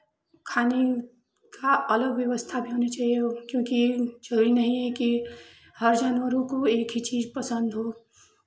खाने का अलग व्यवस्था भी होना चाहिए क्योंकि ज़रूरी नहीं है कि हर जानवरों को एक ही चीज़ पसंद हो